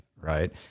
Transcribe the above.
Right